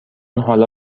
حالا